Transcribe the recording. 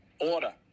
order